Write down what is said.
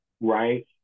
right